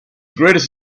greatest